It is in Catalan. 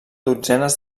dotzenes